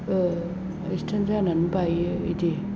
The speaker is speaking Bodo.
एक्सिडेन जानानै बायो बेदि